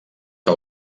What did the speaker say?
que